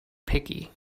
picky